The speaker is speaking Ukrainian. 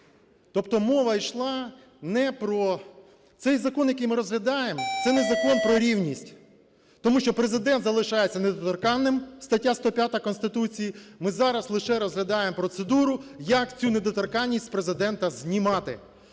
Тобто мова йшла не про… Цей закон, який ми розглядаємо, це не закон про рівність, тому що Президент залишається недоторканним, стаття 105 Конституції, ми зараз лише розглядаємо процедуру, як цю недоторканність з Президента знімати.